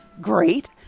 great